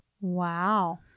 Wow